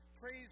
Praise